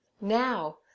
Now